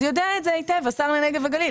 יודע את זה היטב השר לנגב ולגליל,